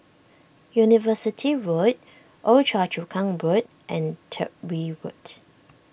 University Road Old Choa Chu Kang Board and Tyrwhitt Road